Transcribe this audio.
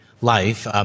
life